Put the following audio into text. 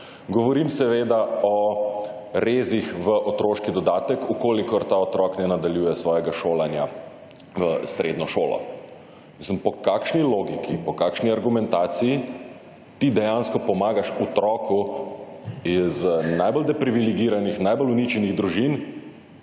Govorim seveda o rezih v otroških dodatek, v kolikor ta otrok ne nadaljuje svojega šolanja v srednjo šolo. Mislim, po kakšni logiki, po kakšni argumentaciji, ti dejansko pomagaš otroku iz najbolj depriviligiranih, najbolj uničenih družin,